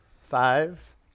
five